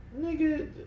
Nigga